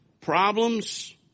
problems